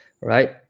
right